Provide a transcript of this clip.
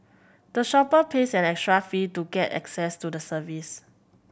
the shopper pays an extra fee to get access to the service